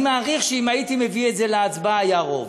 אני מעריך שאם הייתי מביא את זה להצבעה, היה רוב.